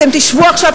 אתם תיכנסו עכשיו,